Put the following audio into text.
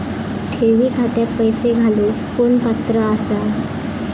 ठेवी खात्यात पैसे घालूक कोण पात्र आसा?